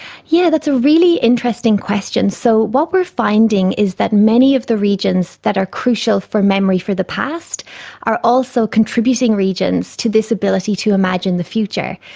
yeah that's a really interesting question. so what we are finding is that many of the regions that are crucial for memory for the past are also contributing regions to this ability to imagine the future.